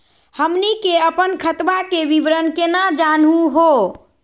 हमनी के अपन खतवा के विवरण केना जानहु हो?